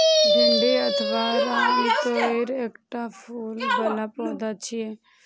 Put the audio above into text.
भिंडी अथवा रामतोरइ एकटा फूल बला पौधा छियै